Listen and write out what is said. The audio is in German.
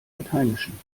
lateinischen